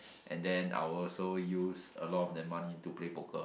and then I'll also use a lot of that money to play poker